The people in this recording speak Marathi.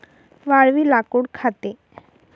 वाळवी लाकूड खाते